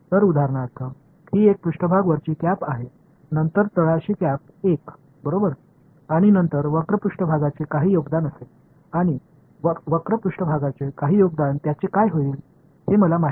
तर उदाहरणार्थ ही एक पृष्ठभाग वरची कॅप आहे नंतर तळाशी कॅप 1 बरोबर आणि नंतर वक्र पृष्ठभागाचे काही योगदान असेल आणि वक्र पृष्ठभागाचे काही योगदान त्याचे काय होईल हे मला माहित आहे